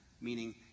meaning